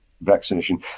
vaccination